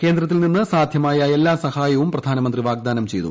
കേന്ദ്രത്തിൽ നിന്ന് സാധ്യമായ എല്ലാ സഹായവും പ്രധാനമന്ത്രി വാഗ്ദാനം ചെയ്തു